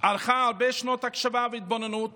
ארכה הרבה שנות הקשבה והתבוננות